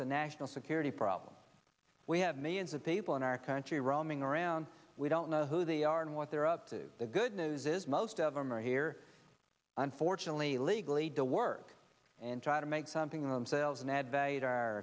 a national security problem we have millions of people in our country roaming around we don't know who they are and what they're up to the good news is most of them are here unfortunately legally to work and try to make something of themselves and add value to our